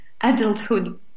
adulthood